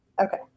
Okay